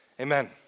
Amen